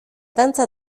dantza